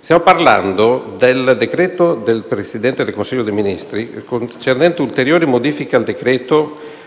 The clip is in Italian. Stiamo parlando del decreto del Presidente del Consiglio dei ministri concernente ulteriori modifiche al decreto